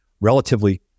relatively